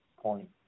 point